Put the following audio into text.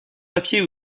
papier